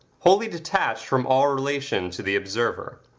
wholly detached from all relation to the observer,